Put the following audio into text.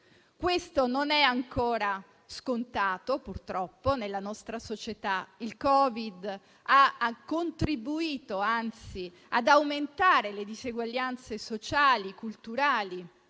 Ciò non è ancora scontato, purtroppo, nella nostra società e il Covid ha anzi contribuito ad aumentare le diseguaglianze sociali, culturali,